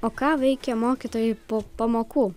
o ką veikia mokytojai po pamokų